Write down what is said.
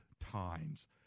times